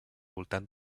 voltant